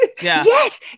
Yes